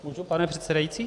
Mohu, pane předsedající?